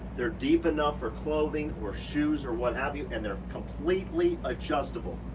they're deep enough for clothing or shoes or what have you. and they're completely adjustable.